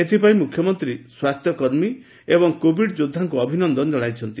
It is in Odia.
ଏଥପାଇଁ ମୁଖ୍ୟମନ୍ତୀ ସ୍ୱାସ୍ଥ୍ୟକର୍ମୀ ଏବଂ କୋଭିଡ ଯୋଧ୍ବାଙ୍କୁ ଅଭିନନ୍ଦନ ଜଶାଇଛନ୍ତି